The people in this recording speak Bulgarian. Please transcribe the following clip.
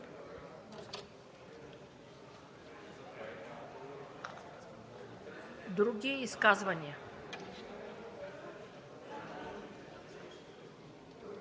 Други изказвания?